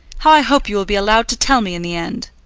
how i hope you will be allowed to tell me in the end!